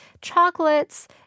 chocolates